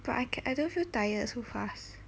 but I ca~ I don't feel tired so fast